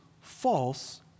false